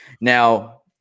Now